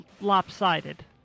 lopsided